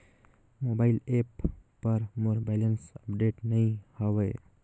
mobile app पर मोर balance update नई हवे